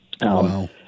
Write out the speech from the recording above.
Wow